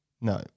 No